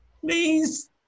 Please